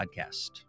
Podcast